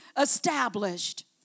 established